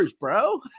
bro